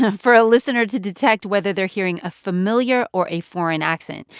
ah for a listener to detect whether they're hearing a familiar or a foreign accent.